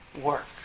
work